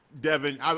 Devin